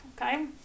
okay